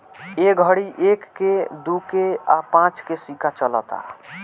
ए घड़ी एक के, दू के आ पांच के सिक्का चलता